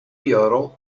yodel